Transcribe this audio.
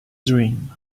dream